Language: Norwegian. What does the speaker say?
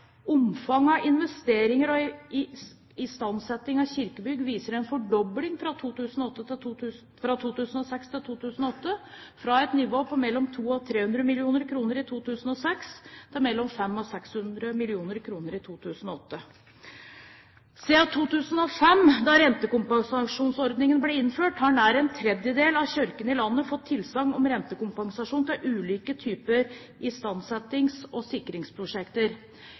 Omfanget av investeringer og istandsetting av kirkebygg viser en fordobling fra 2006 til 2008, fra et nivå på mellom 200 og 300 mill. kr i 2006 til mellom 500 og 600 mill. kr i 2008. Siden 2005, da rentekompensasjonsordningen ble innført, har nær en tredjedel av kirkene i landet fått tilsagn om rentekompensasjon til ulike typer istandsettings- og sikringsprosjekter.